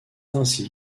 ainsi